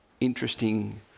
interesting